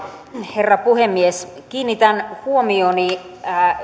herra puhemies kiinnitän huomioni